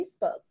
Facebook